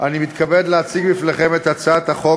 אני מתכבד להציג בפניכם את הצעת החוק